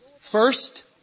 First